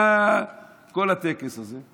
מה כל הטקס הזה?